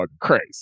crazy